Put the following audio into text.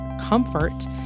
comfort